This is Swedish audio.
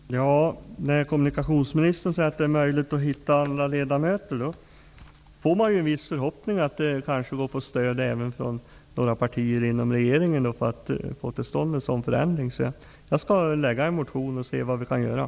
Fru talman! När nu kommunikationsministern säger att det är möjligt att finna ledamöter som jobbar med detta, väcks en viss förhoppning om att det även inom regeringen går att få visst stöd för att få till stånd en sådan här förändring. Jag avser att väcka en motion, för att se vad som kan göras.